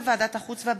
נאוה בוקר,